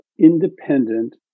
independent